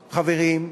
חברים,